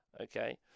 okay